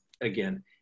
again